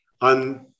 on